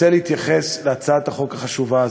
רוצה להתייחס להצעת החוק החשובה הזאת,